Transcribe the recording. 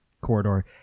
corridor